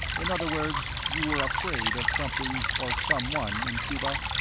in other words, you were afraid of something or someone in cuba?